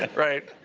and right.